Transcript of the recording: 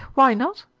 why not,